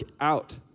out